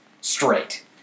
straight